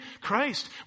Christ